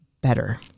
better